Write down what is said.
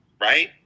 right